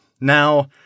Now